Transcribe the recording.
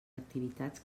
activitats